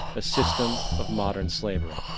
a system of modern slavery.